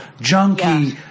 junkie